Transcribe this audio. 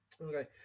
Okay